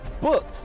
book